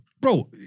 Bro